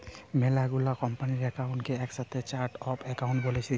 মেলা গুলা কোম্পানির একাউন্ট কে একসাথে চার্ট অফ একাউন্ট বলতিছে